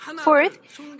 Fourth